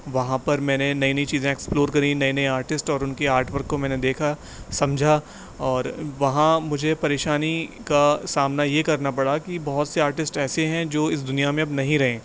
وہاں پر میں نے نئی نئی چیزیں ایکسپلور کریں نئے نئے آرٹسٹ اور ان کے آرٹ ورک کو میں نے دیکھا سمجھا اور وہاں مجھے پریشانی کا سامنا یہ کرنا پڑا کہ بہت سے آرٹسٹ ایسے ہیں جو اس دنیا میں اب نہیں رہے